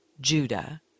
Judah